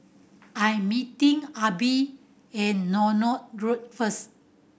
I'm meeting Abie at Northolt Road first